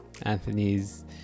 Anthony's